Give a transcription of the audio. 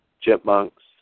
chipmunks